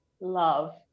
love